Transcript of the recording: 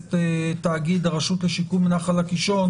למועצת תאגיד הרשות לשיקום נחל הקישון